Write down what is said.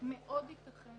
התפישה